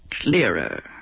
clearer